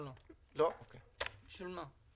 לא לא, בשביל מה?